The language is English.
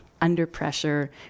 under-pressure